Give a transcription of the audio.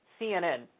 CNN